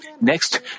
Next